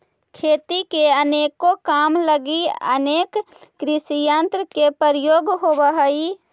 खेती के अनेको काम लगी अनेक कृषियंत्र के प्रयोग होवऽ हई